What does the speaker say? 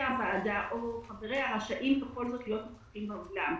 הוועדה או חבריה רשאים בכל זאת להיות נוכחים באולם.